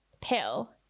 pill